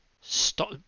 stop